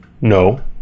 no